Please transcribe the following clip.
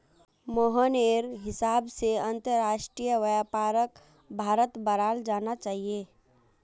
मोहनेर हिसाब से अंतरराष्ट्रीय व्यापारक भारत्त बढ़ाल जाना चाहिए